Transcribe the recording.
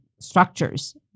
structures